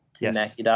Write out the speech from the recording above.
Yes